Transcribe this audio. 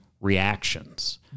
reactions